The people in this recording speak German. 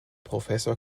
professor